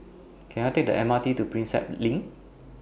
Can I Take The M R T to Prinsep LINK